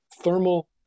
thermal